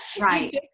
Right